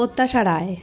প্রত্যাশা রায়